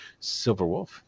Silverwolf